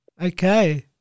Okay